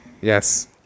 Yes